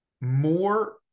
more